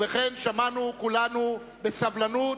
ובכן, שמענו כולנו בסבלנות,